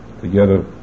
together